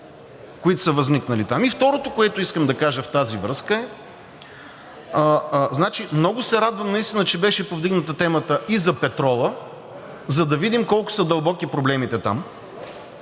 които са възникнали там. И второто, което искам да кажа в тази връзка, е – много се радвам наистина, че беше повдигната темата и за петрола, за да видим колко са дълбоки проблемите там